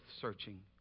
searching